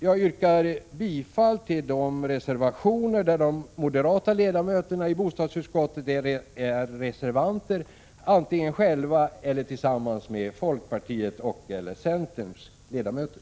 Jag yrkar bifall till de reservationer bakom vilka står de moderata ledamöterna i bostadsutskottet, antingen själva eller tillsammans med folkpartiets och/eller centerns ledamöter.